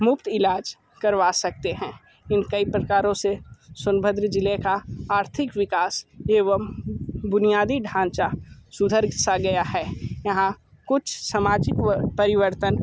मुफ़्त इलाज करवा सकते हैं इन कई प्रकारों से सोनभद्र जिले का आर्थिक विकास एवं बुनियादी ढाँचा सुधर सा गया है यहाँ कुछ सामाजिक परिवर्तन